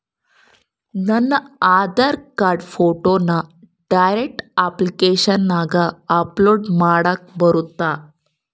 ನನ್ನ ಆಧಾರ್ ಕಾರ್ಡ್ ಫೋಟೋನ ಡೈರೆಕ್ಟ್ ಅಪ್ಲಿಕೇಶನಗ ಅಪ್ಲೋಡ್ ಮಾಡಾಕ ಬರುತ್ತಾ?